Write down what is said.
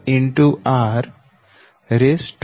7788 82